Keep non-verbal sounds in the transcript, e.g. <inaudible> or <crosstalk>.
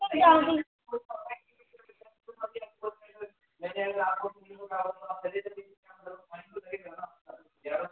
<unintelligible>